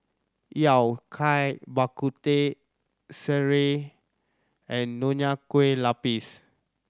Yao Cai Bak Kut Teh sireh and Nonya Kueh Lapis